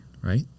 Right